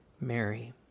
Mary